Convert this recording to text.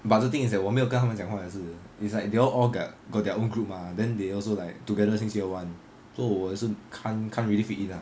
but the thing is that 我没有跟他们讲话也是 it's like they all get got their own group ah then they also like together since year one so 我也是 can't can't can't really fit in ah